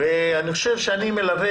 אני חושב שאת הנושא הזה אני מלווה